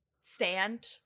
stand